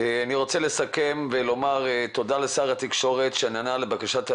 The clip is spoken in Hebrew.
אני רוצה לסכם ולומר תודה לשר התקשורת שנענה לבקשת הוועדה.